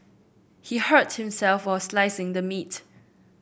he hurt himself while slicing the meat